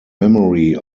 memory